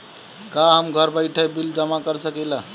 का हम घर बइठे बिल जमा कर शकिला?